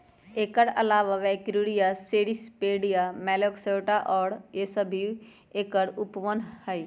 एकर अलावा Brachyura, Cirripedia, Malacostraca और सब भी एकर उपगण हई